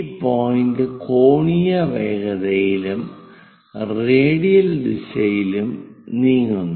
ഈ പോയിന്റ് കോണീയ വേഗതയിലും റേഡിയൽ ദിശയിലും നീങ്ങുന്നു